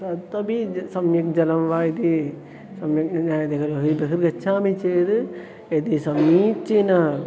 तदपि सम्यक् जलं वा इति सम्यक् न ज्ञायते खलु कुत्रपि गच्छामि चेद् यदि समीचीनम्